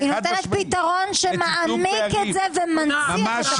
היא נותנת פתרון שמעמיק את זה ומנציח את הבעיה.